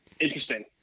Interesting